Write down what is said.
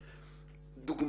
דוח